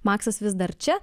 maksas vis dar čia